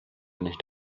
nicht